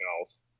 else